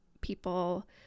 people